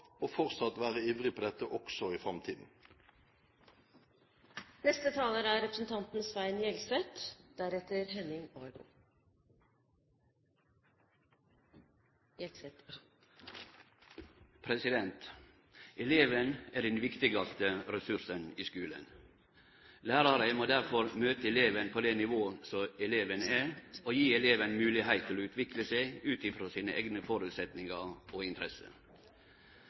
på dette, også i framtiden. Eleven er den viktigaste ressursen i skulen. Læraren må difor møte eleven på det nivået som eleven er, og gi moglegheit til å utvikle seg ut frå sine eigne føresetnader og interesser.